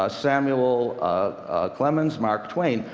ah samuel clemens, mark twain,